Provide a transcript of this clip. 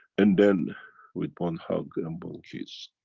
and then with one hug and one kiss.